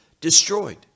destroyed